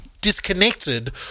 disconnected